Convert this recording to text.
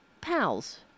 pals